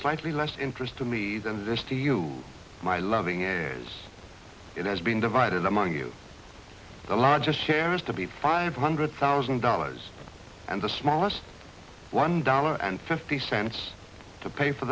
slightly less interest to me than it is to you my loving is it has been divided among you the largest share is to be five hundred thousand dollars and the smallest one dollar and fifty cents to pay for